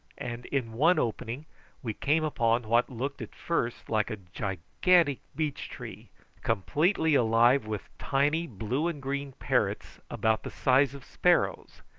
and in one opening we came upon what looked at first like a gigantic beech-tree completely alive with tiny blue-and-green parrots about the size of sparrows,